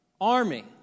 army